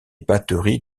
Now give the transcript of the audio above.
batteries